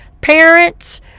parents